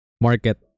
market